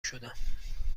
شدم